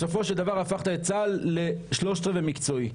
בסופו של דבר הפכת את צה"ל ל-3/4 מקצועי.